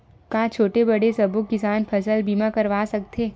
का छोटे बड़े सबो किसान फसल बीमा करवा सकथे?